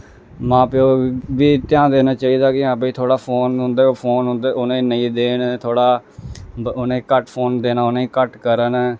मां प्यो गी बी ध्यान देना चाहिदा कि हां भाई थोह्ड़ा फोन उं'दा फोन उं'दा उ'नें गी नेईं देन थोह्ड़ा उ'नें घट्ट फोन देना उ'नेंगी घट्ट करन